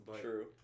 True